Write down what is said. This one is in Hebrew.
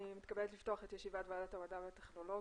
אני מתכבדת לפתוח את ישיבת ועדת המדע והטכנולוגיה.